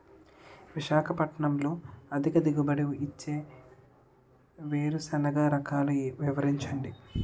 విశాఖపట్నంలో అధిక దిగుబడి ఇచ్చే వేరుసెనగ రకాలు వివరించండి?